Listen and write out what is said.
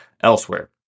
elsewhere